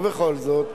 בכל זאת,